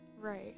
Right